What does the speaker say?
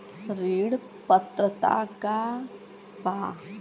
ऋण पात्रता का बा?